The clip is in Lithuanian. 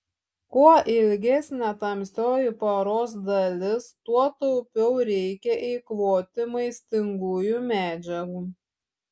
kuo ilgesnė tamsioji paros dalis tuo taupiau reikia eikvoti maistingųjų medžiagų